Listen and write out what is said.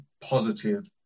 positive